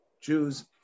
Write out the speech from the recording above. Jews